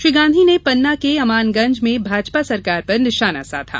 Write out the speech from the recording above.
श्री गांधी ने पन्ना के अमानगंज में भाजपा सरकार पर निशाना साधा